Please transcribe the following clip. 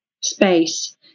space